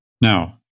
Now